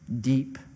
deep